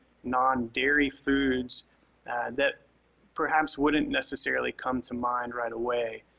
non-dairy foods that perhaps wouldn't necessarily come to mind right away,